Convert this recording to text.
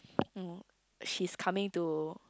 no she's coming to